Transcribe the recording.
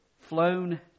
flown